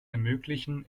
ermöglichen